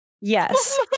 yes